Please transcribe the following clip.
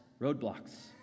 roadblocks